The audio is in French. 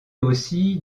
aussi